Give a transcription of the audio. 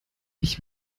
ich